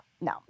No